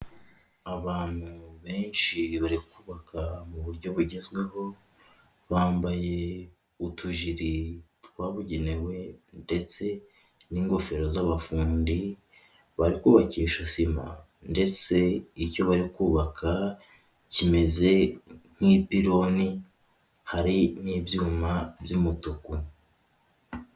Abantu benshi bari kubaka mu buryo bugezweho, bambaye utujiri twabugenewe ndetse n'ingofero z'abafundi, bari kubakisha sima ndetse icyo bari kubaka kimeze nk'ipironi hari n'ibyuma by'umutuku.